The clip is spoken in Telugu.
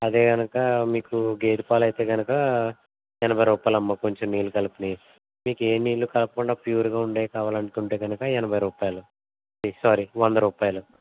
అదే గనుక మీకు గేదె పాలైతే గనుక ఎనభై రూపాలమ్మా కొంచెం నీళ్ళు కలిపినాయి మీకు ఏ నీళ్ళు కలపకుండా ప్యూర్గా ఉండేవి కావాలనుకుంటే గనుక ఎనభై రూపాయలు సారీ వంద రూపాయలు